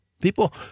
people